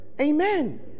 amen